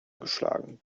geschlagen